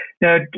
Now